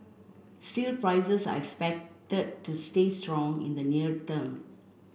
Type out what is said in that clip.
steel prices are expected to stay strong in the near term